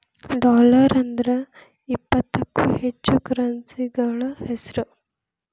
dollar ಅಂದ್ರ ಇಪ್ಪತ್ತಕ್ಕೂ ಹೆಚ್ಚ ಕರೆನ್ಸಿಗಳ ಹೆಸ್ರು